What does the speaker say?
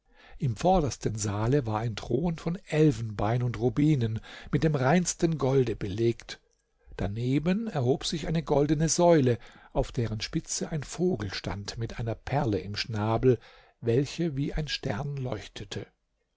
im vordersten saale war ein thron von elfenbein und rubinen mit dem reinsten golde belegt daneben erhob sich eine goldene säule auf deren spitze ein vogel stand mit einer perle im schnabel welche wie ein stern leuchtete